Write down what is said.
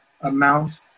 amount